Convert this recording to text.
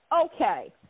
Okay